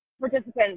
participants